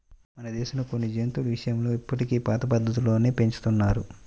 మన దేశంలో కొన్ని జంతువుల విషయంలో ఇప్పటికీ పాత పద్ధతుల్లోనే పెంచుతున్నారు